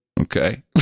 Okay